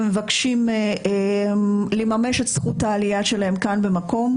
ומבקשים לממש את זכות העלייה שלהם כאן במקום,